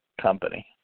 company